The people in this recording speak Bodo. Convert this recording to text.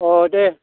अह दे